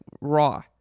raw